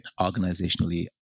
Organizationally